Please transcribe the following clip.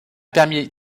permis